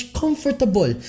comfortable